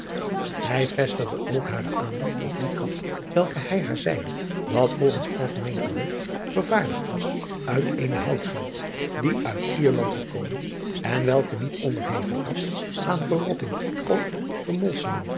ij vestigde ook hare aandacht op die kap welke hij haar zeide dat volgens algemeen gerucht vervaardigd was uit eene houtsoort die uit erland gekomen en welke niet onderhevig was aan verrotting of vermolseming